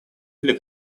или